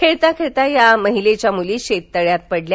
खेळता खेळता या महिलेच्या मूली शेततळ्यात पडल्या